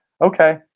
Okay